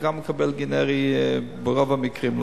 הוא גם מקבל גנרי ברוב המקרים,